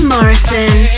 Morrison